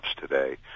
today